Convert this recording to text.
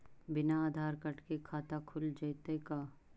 बिना आधार कार्ड के खाता खुल जइतै का?